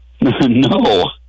No